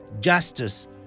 justice